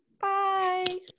Bye